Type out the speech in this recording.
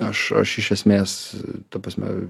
aš aš iš esmės ta prasme